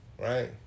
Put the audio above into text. right